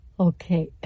Okay